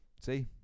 See